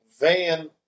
Van